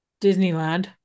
Disneyland